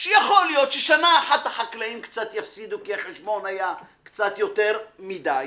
שיכול להיות ששנה אחת החקלאים קצת יפסידו כי החשבון היה קצת יותר מדי.